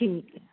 ठीक है